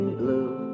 blue